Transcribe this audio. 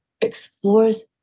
explores